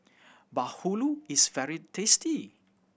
bahulu is very tasty